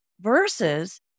versus